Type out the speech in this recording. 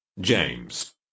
james